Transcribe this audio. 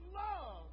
love